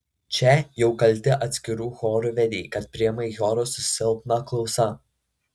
čia jau kalti atskirų chorų vedėjai kad priima į chorą su silpna klausa